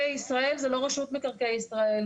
מקרקעי ישראל זו לא רשות מקרקעי ישראל.